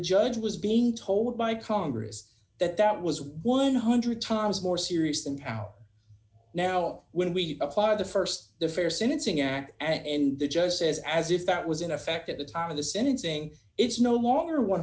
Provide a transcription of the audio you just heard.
judge was being told by congress that that was one hundred times more serious than now when we applied the st the fair sentencing act and the judge says as if that was in effect at the time of the sentencing it's no longer one